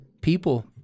people